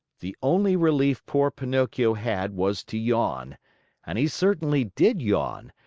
the only relief poor pinocchio had was to yawn and he certainly did yawn,